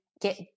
get